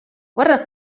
guarda